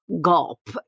gulp